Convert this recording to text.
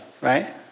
right